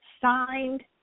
signed